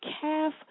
calf